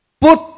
put